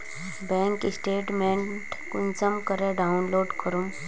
Bank statement कुंसम करे download करूम?